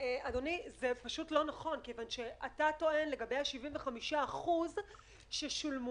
אתה טוען לגבי ה-75% שההורים שילמו.